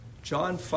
John